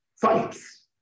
fights